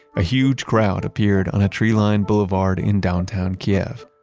a huge crowd appeared on a treeline boulevard in downtown kyiv,